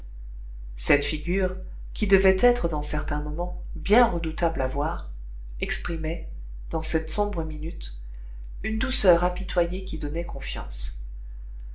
cette figure qui devait être dans certains moments bien redoutable à voir exprimait dans cette sombre minute une douceur apitoyée qui donnait confiance